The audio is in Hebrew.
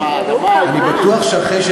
לא, להפך,